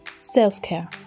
self-care